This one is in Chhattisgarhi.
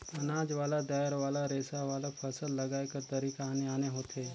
अनाज वाला, दायर वाला, रेसा वाला, फसल लगाए कर तरीका आने आने होथे